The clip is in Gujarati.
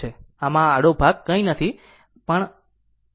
આમ આ આડો ભાગ કંઈ નથી અહીં